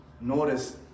Notice